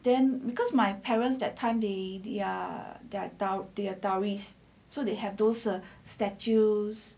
then because my parents that time they they're taoist so they have those err statues